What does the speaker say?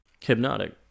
Hypnotic